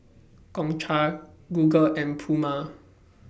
Gongcha Google and Puma